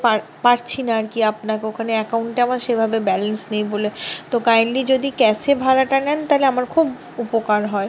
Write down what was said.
পারছি না আর কি আপনাকে ওখানে অ্যাকাউন্টে আমার সেভাবে ব্যালেন্স নেই বলে তো কাইন্ডলি যদি ক্যাশে ভাড়াটা নেন তাহলে আমার খুব উপকার হয়